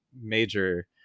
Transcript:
major